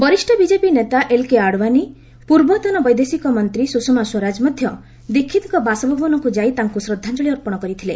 ବରିଷ୍ଣ ବିଜେପି ନେତା ଏଲ୍କେ ଆଡୱାନୀ ପୂର୍ବତନ ବୈଦେଶିକ ମନ୍ତ୍ରୀ ସୁଷମା ସ୍ୱରାଜ ମଧ୍ୟ ଦୀକ୍ଷିତ୍ଙ୍କ ବାସଭବନକୁ ଯାଇ ତାଙ୍କୁ ଶ୍ରଦ୍ଧାଞ୍ଚଳି ଅର୍ପଣ କରିଥିଲେ